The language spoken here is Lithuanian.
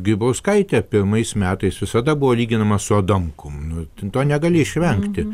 grybauskaitė pirmais metais visada buvo lyginama su adamkum nu to negali išvengti